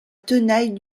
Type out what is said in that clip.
tenaille